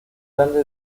grande